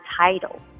title